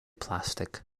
plastic